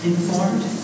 Informed